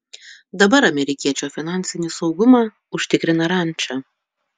dabar amerikiečio finansinį saugumą užtikrina ranča